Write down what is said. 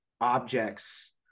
objects